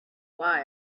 why